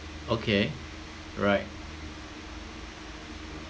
okay right